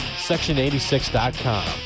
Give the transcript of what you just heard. section86.com